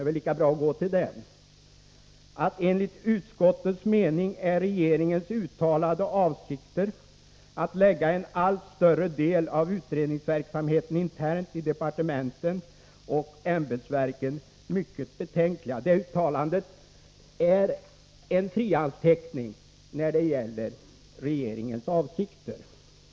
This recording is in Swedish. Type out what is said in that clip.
Där sägs: ”Enligt utskottets mening är regeringens uttalade avsikter att lägga en allt större del av utredningsverksamheten internt i departementen och ämbetsverken mycket betänkliga.” Jag vill starkt understryka att det uttalandet är en frihandsteckning när det gäller regeringens avsikter.